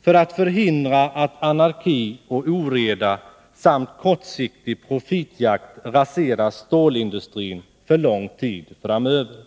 för att förhindra att anarki och oreda samt kortsiktig profitjakt raserar stålindustrin för lång tid framöver.